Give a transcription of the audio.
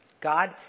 God